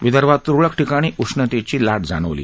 विदर्भात तुरळक ठिकाणी उष्णतेची लाट जाणवली